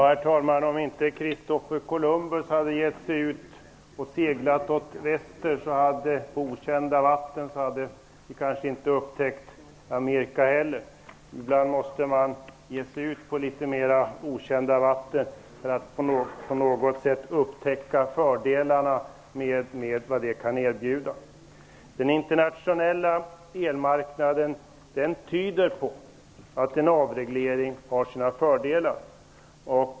Herr talman! Om inte Christofer Columbus hade gett sig ut och seglat åt väster på okända vatten hade vi kanske inte upptäckt Amerika heller. Ibland måste man ge sig ut på litet mer okända vatten för att på något sätt upptäcka fördelarna med vad det kan erbjuda. Den internationella elmarknaden tyder på att en avreglering har sina fördelar.